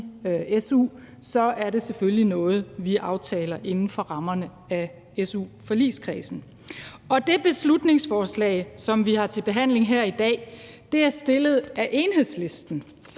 i su, er det selvfølgelig noget, vi aftaler inden for rammerne af su-forligskredsen. Det beslutningsforslag, som vi har til behandling her i dag, er fremsat af Enhedslisten,